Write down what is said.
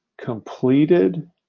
completed